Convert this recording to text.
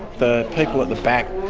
the people at the back,